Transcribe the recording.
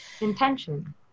Intention